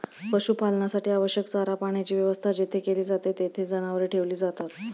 पशुपालनासाठी आवश्यक चारा पाण्याची व्यवस्था जेथे केली जाते, तेथे जनावरे ठेवली जातात